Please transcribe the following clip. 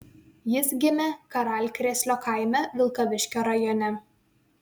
jis gimė karalkrėslio kaime vilkaviškio rajone